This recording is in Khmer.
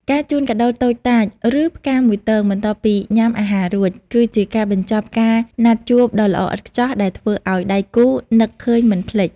ការជូនកាដូតូចតាច ឬផ្កាមួយទងបន្ទាប់ពីញ៉ាំអាហាររួច គឺជាការបញ្ចប់ការណាត់ជួបដ៏ល្អឥតខ្ចោះដែលធ្វើឱ្យដៃគូនឹកឃើញមិនភ្លេច។